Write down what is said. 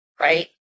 right